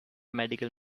medical